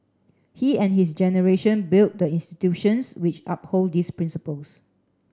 he and his generation built the institutions which uphold these principles